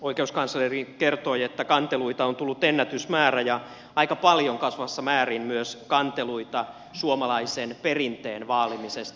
oikeuskansleri kertoi että kanteluita on tullut ennätysmäärä ja aika paljon kasvavassa määrin myös kanteluita suomalaisen perinteen vaalimisesta